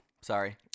sorry